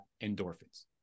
endorphins